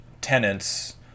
tenants